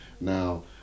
Now